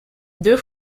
deux